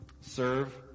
serve